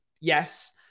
yes